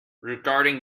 regarding